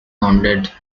founded